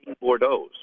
Bordeaux